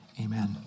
Amen